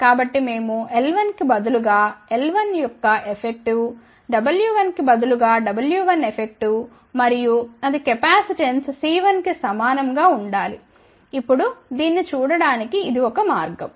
కాబట్టి మేము l1కి బదులుగా l1 యొక్క ఎఫెక్టివ్ w1 కి బదులుగా W1 ఎఫెక్టివ్ మరియు అది కెపాసిటెన్స్ C1కి సమానం గా ఉండాలి ఇప్పుడు దీన్ని చూడడానికి ఇది ఒక మార్గం